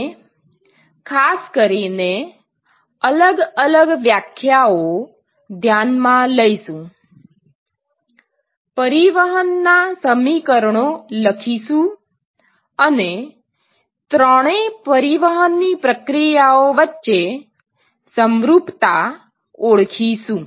આપણે ખાસ કરીને અલગ અલગ વ્યાખ્યાઓ ધ્યાનમાં લઇશું પરિવહનના સમીકરણો લખીશું અને ત્રણે પરિવહનની પ્રક્રિયાઓ વચ્ચે સમરૂપતા ઓળખીશું